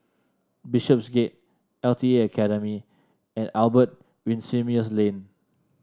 Bishopsgate L T A Academy and Albert Winsemius Lane